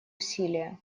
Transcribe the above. усилия